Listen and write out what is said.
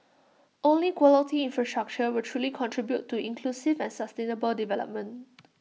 only quality infrastructure will truly contribute to inclusive and sustainable development